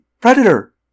Predator